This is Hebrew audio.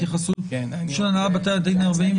התייחסות של הנהלת בתי הדין הרבניים,